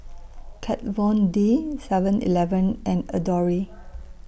Kat Von D Seven Eleven and Adore